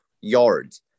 yards